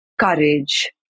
courage